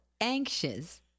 anxious